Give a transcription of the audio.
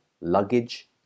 luggage